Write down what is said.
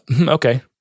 okay